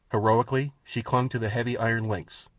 heroically she clung to the heavy iron links,